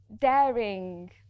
daring